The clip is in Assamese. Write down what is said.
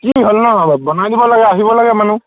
কি হ'ল ন বনাই দিব লাগে আহিব লাগে মানুহ